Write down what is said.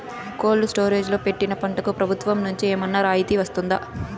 Cold storage లో పెట్టిన పంటకు ప్రభుత్వం నుంచి ఏమన్నా రాయితీ వస్తుందా?